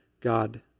God